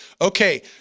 Okay